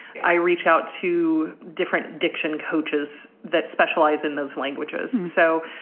i reach out to different diction coaches that specialize in those languages. so,